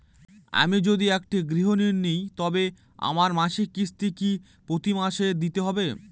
আমি যদি একটি গৃহঋণ নিই তবে আমার মাসিক কিস্তি কি প্রতি মাসে দিতে হবে?